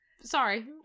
Sorry